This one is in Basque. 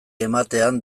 ematean